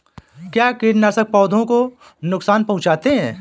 क्या कीटनाशक पौधों को नुकसान पहुँचाते हैं?